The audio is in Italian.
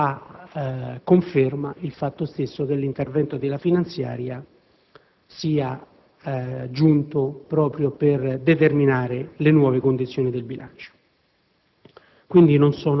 Del resto, ne fa conferma il fatto stesso che l'intervento della finanziaria sia giunto proprio per determinare le nuove condizioni di bilancio.